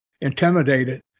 intimidated